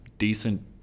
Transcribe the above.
Decent